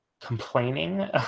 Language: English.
complaining